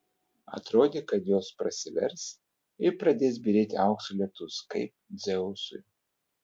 atrodė kad jos prasivers ir pradės byrėti aukso lietus kaip dzeusui